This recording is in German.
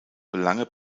belange